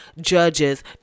judges